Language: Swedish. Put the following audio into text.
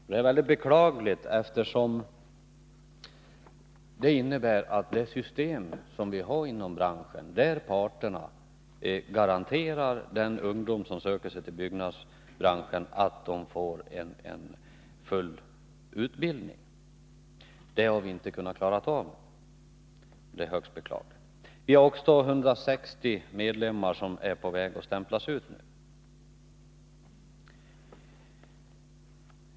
Detta är väldigt beklagligt, eftersom det innebär att det system som vi har inom branschen, där parterna garanterar de ungdomar som söker sig till byggnadsbranschen full utbildning, inte kan tillämpas. Det har vi alltså inte kunnat klara av, och det är högst beklagligt. Vi har också 160 medlemmar som är på väg att stämplas ut nu.